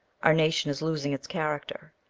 our nation is losing its character.